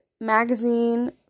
magazine